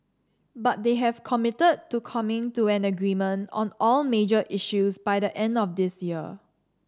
but they have committed to coming to an agreement on all major issues by the end of this year